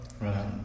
Right